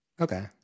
Okay